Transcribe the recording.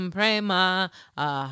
Prema